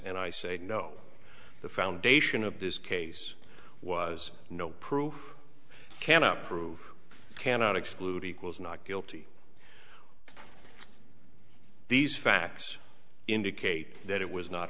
and i say no the foundation of this case was no proof cannot prove it cannot exclude equals not guilty these facts indicate that it was not